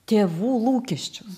tėvų lūkesčius